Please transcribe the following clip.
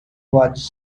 was